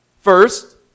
First